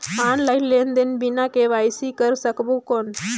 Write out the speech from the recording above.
Online लेनदेन बिना KYC कर सकबो कौन??